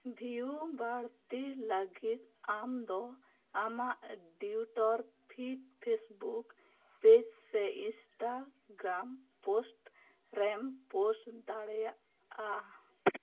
ᱵᱷᱤᱭᱩ ᱵᱟᱹᱲᱛᱤ ᱞᱟᱹᱜᱤᱫ ᱟᱢ ᱫᱚ ᱟᱢᱟᱜ ᱰᱤᱣᱩᱴᱚᱨ ᱯᱷᱤᱛ ᱯᱷᱮᱥᱵᱩᱠ ᱯᱮᱡ ᱥᱮ ᱤᱥᱴᱟᱜᱨᱟᱢ ᱯᱳᱥᱴ ᱨᱮᱢ ᱯᱳᱥᱴ ᱫᱟᱲᱮᱭᱟᱜᱼᱟ